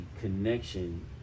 connection